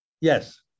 Yes